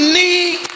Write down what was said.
need